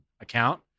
account